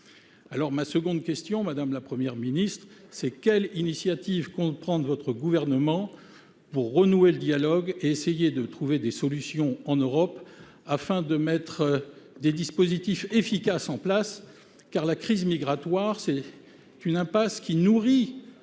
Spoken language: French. donc la suivante, madame la Première ministre : quelle initiative compte prendre votre gouvernement pour renouer le dialogue et essayer de trouver des solutions en Europe, afin de mettre en place des dispositifs efficaces ? La crise migratoire est une impasse qui nourrit